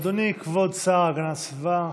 אדוני כבוד השר להגנת הסביבה,